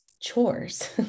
chores